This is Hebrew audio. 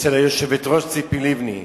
אצל היושבת-ראש ציפי לבני.